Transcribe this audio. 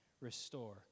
restore